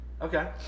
Okay